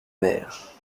mère